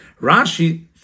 Rashi